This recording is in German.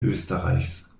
österreichs